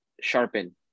sharpen